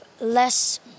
less